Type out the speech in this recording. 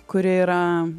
kuri yra